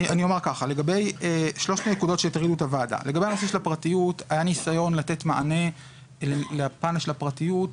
לגבי שלושת הנקודות שהטרידו את הוועדה: לגבי הנושא של הפרטיות,